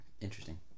interesting